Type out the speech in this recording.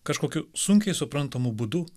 kažkokiu sunkiai suprantamu būdu